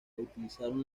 utilizaron